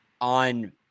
On